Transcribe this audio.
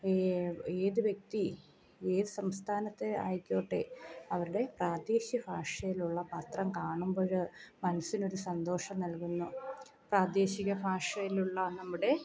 A ഏത് വ്യക്തി ഏത് സംസ്ഥാനത്തെ ആയിക്കോട്ടെ അവരുടെ പ്രാദേശിക ഭാഷയിലുള്ള പത്രം കാണുമ്പോൾ മനസ്സിനൊരു സന്തോഷം നൽകുന്നു പ്രാദേശിക ഭാഷയിലുള്ള നമ്മുടെ